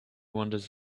wanders